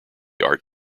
art